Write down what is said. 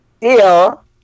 Deal